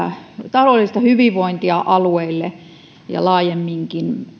taloudellista hyvinvointia alueille ja laajemminkin